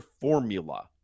formula